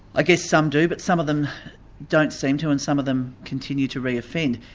i guess some do, but some of them don't seem to, and some of them continue to reoffend.